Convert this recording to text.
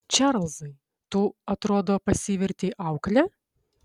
čarlzai tu atrodo pasivertei aukle